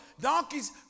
Donkeys